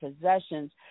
possessions